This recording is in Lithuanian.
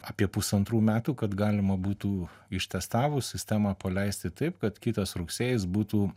apie pusantrų metų kad galima būtų ištestavus sistemą paleisti taip kad kitas rugsėjis būtų